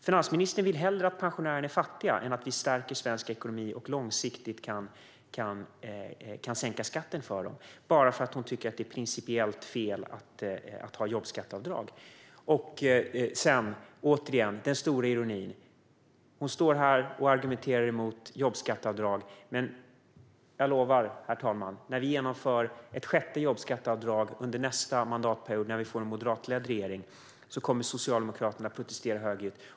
Finansministern vill hellre att pensionärerna är fattiga än att vi stärker svensk ekonomi och långsiktigt kan sänka skatten för dem, bara för att hon tycker att det är principiellt fel att ha jobbskatteavdrag. Sedan ser vi återigen den stora ironin i att finansministern står här och argumenterar mot jobbskatteavdragen. Jag lovar, fru talman, att när vi genomför ett sjätte jobbskatteavdrag under nästa mandatperiod, när vi får en moderatledd regering, kommer Socialdemokraterna att protestera högljutt.